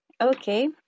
Okay